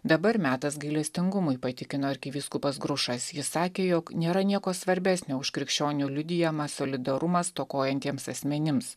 dabar metas gailestingumui patikino arkivyskupas grušas jis sakė jog nėra nieko svarbesnio už krikščionių liudijamą solidarumą stokojantiems asmenims